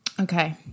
Okay